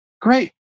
Great